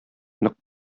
нык